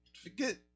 Forget